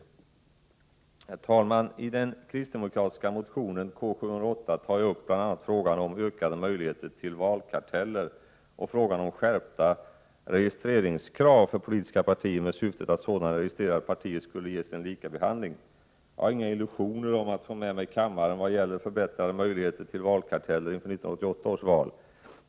Herr talman! I den kristdemokratiska motionen K708 tar jag upp bl.a. frågan om ökade möjligheter till valkarteller och frågan om skärpta registreringskrav för politiska partier med syfte att sådana registrerade partier skulle ges en likabehandling. Jag har inga illusioner om att få med mig kammaren vad gäller förbättrade möjligheter till valkarteller inför 1988 års val.